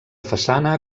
façana